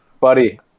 buddy